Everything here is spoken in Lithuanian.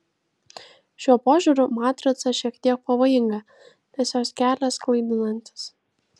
šiuo požiūriu matrica šiek tiek pavojinga nes jos kelias klaidinantis